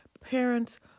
parents